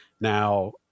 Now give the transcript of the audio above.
Now